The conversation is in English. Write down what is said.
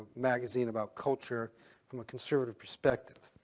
magazine about culture from a conservative perspective,